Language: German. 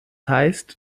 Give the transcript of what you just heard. heißt